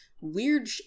weird